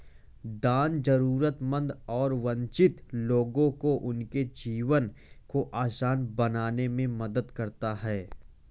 दान जरूरतमंद और वंचित लोगों को उनके जीवन को आसान बनाने में मदद करता हैं